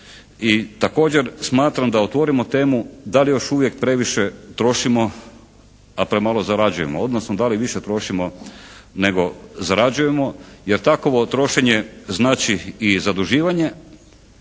I također smatram da otvorimo temu da li još uvijek previše trošimo, a premalo zarađujemo, odnosno da li više trošimo nego zarađujemo. Jer takovo trošenje znači i zaduživanje.